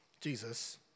Jesus